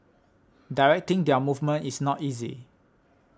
directing their movement is not easy